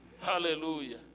Hallelujah